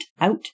out